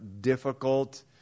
difficult